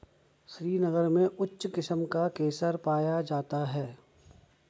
श्रीनगर में उच्च किस्म का केसर पाया जाता है